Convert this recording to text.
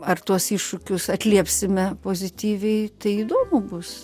ar tuos iššūkius atliepsime pozityviai tai įdomu bus